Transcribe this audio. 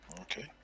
Okay